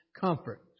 comfort